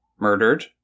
murdered